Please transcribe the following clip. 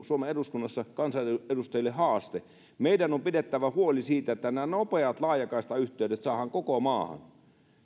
suomen eduskunnassa kansanedustajille haaste meidän on pidettävä huoli siitä että nämä nopeat laajakaistayhteydet saadaan koko maahan